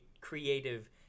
creative